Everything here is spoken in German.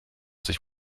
sich